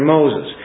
Moses